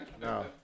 No